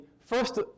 first